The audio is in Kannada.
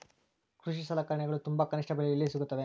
ಕೃಷಿ ಸಲಕರಣಿಗಳು ತುಂಬಾ ಕನಿಷ್ಠ ಬೆಲೆಯಲ್ಲಿ ಎಲ್ಲಿ ಸಿಗುತ್ತವೆ?